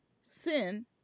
Sin